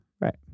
Right